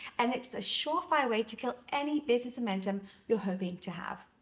and it's a surefire way to kill any business momentum you're hoping to have.